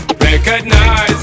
recognize